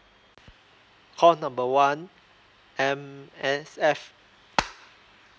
call number one M_S_F